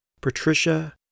Patricia